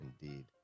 indeed